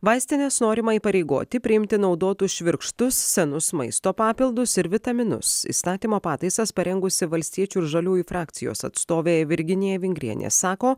vaistines norima įpareigoti priimti naudotus švirkštus senus maisto papildus ir vitaminus įstatymo pataisas parengusi valstiečių ir žaliųjų frakcijos atstovė virginija vingrienė sako